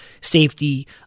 safety